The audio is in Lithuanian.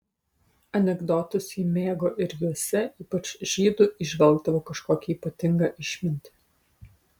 anekdotus ji mėgo ir juose ypač žydų įžvelgdavo kažkokią ypatingą išmintį